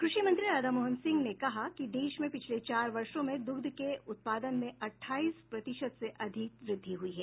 कृषि मंत्री राधा मोहन सिंह ने कहा कि देश में पिछले चार वर्षो में द्ग्ध के उत्पादन में अठाईस प्रतिशत से अधिक वृद्धि हुई है